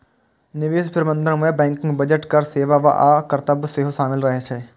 निवेश प्रबंधन मे बैंकिंग, बजट, कर सेवा आ कर्तव्य सेहो शामिल रहे छै